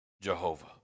Jehovah